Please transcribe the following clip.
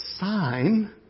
sign